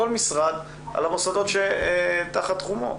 כל משרד על המוסדות שתחת תחומו.